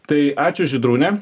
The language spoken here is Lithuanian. tai ačiū žydrūne